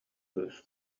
кыыс